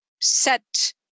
set